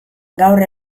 gaur